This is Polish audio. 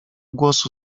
głosu